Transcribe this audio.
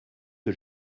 que